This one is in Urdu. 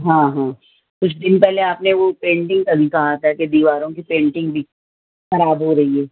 ہاں ہاں کچھ دن پہلے آپ نے وہ پینٹنگ کا بھی کہا تھا کہ دیواروں کی پینٹنگ بھی خراب ہو رہی ہے